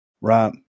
right